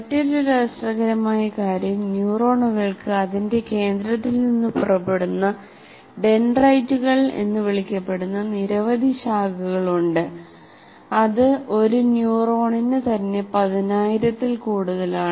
മറ്റൊരു രസകരമായ കാര്യം ന്യൂറോണുകൾക്ക് അതിന്റെ കേന്ദ്രത്തിൽ നിന്ന് പുറപ്പെടുന്ന ഡെൻഡ്രൈറ്റുകൾ എന്ന് വിളിക്കപ്പെടുന്ന നിരവധി ശാഖകളുണ്ട് അത് ഒരു ന്യൂറോണിന് തന്നെ 10000 ൽ കൂടുതലാണ്